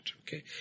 Okay